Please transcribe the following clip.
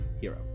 hero